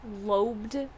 Lobed